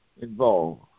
involved